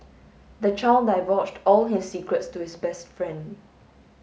the child divulged all his secrets to his best friend